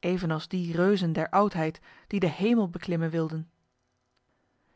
evenals die reuzen der oudheid die de hemel beklimmen wilden